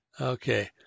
Okay